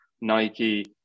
Nike